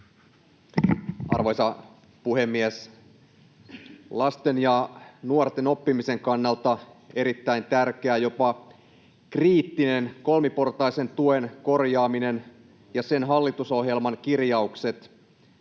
Arvoisa puhemies! Lasten ja nuorten oppimisen kannalta erittäin tärkeä, jopa kriittinen kolmiportaisen tuen korjaaminen ja sen hallitusohjelman kirjaukset